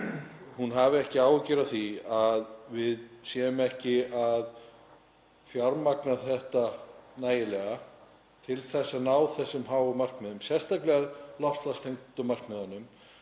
hafi ekki áhyggjur af því að við séum ekki að fjármagna þetta nægilega til að ná þessum markmiðum, sérstaklega loftslagstengdu markmiðunum